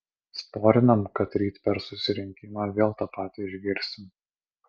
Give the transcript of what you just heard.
sporinam kad ryt per susirinkimą vėl tą patį išgirsim